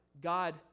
God